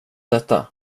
detta